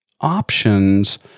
options